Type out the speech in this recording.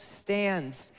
stands